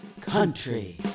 Country